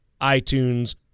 iTunes